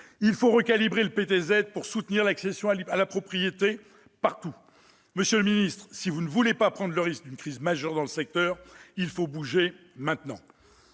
Il faut recalibrer le PTZ pour soutenir l'accession à la propriété partout. Monsieur le secrétaire d'État, si vous ne voulez pas prendre le risque d'une crise majeure dans le secteur, il faut bouger maintenant.